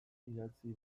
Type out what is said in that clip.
idatzi